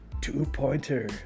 Two-pointer